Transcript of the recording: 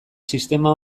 sistema